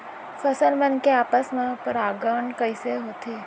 फसल मन के आपस मा परागण कइसे होथे?